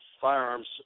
firearms